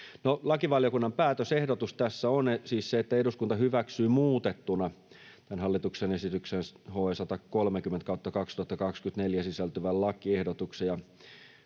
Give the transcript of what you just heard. lakivaliokunnan päätösehdotus tässä on siis se, että eduskunta hyväksyy muutettuna tämän hallituksen esitykseen HE 130/2024 sisältyvän lakiehdotuksen,